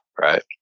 right